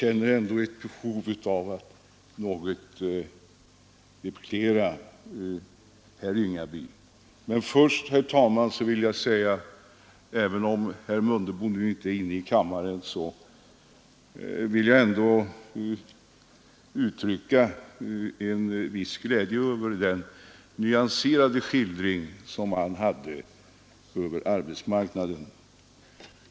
Men jag vill ändå mycket kort replikera herr Ringaby. Först vill jag emellertid, även om herr Mundebo nu inte är inne i kammaren, ändå uttrycka en glädje över hans nyanserade skildring av problemen på arbetsmarknaden.